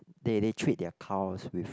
they they treat their cows with